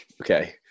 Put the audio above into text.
Okay